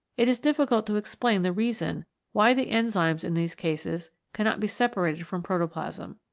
it is difficult to explain the reason why the enzymes in these cases cannot be separated from protoplasm.